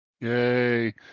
Yay